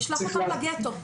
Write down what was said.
נשלח אותם לגטו.